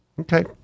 Okay